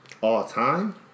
All-time